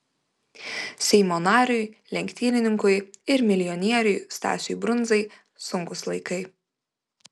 seimo nariui lenktynininkui ir milijonieriui stasiui brundzai sunkūs laikai